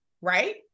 right